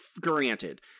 granted